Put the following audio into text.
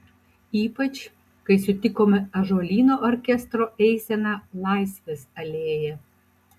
ypač kai sutikome ąžuolyno orkestro eiseną laisvės alėja